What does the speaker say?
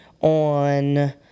on